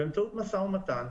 באמצעות משא ומתן.